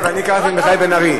נמתין כאן עד הבוקר.